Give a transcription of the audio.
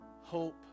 hope